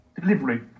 Delivery